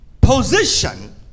Position